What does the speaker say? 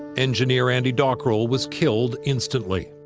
engineer andy dockrell was killed instantly.